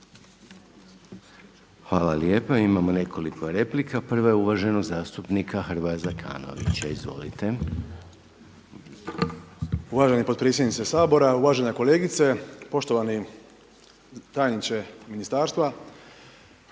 Hvala lijepa. Imamo nekoliko replika. Prva je uvaženog zastupnika Hrvoja Zekanovića. Izvolite. **Zekanović, Hrvoje (HRAST)** Uvaženi potpredsjedniče Sabora, uvažena kolegice, poštovani tajniče ministarstva.